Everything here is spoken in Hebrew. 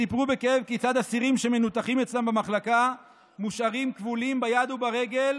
וסיפרו בכאב כיצד אסירים שמנותחים אצלם במחלקה מושארים כבולים ביד וברגל